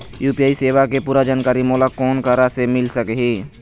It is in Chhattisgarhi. यू.पी.आई सेवा के पूरा जानकारी मोला कोन करा से मिल सकही?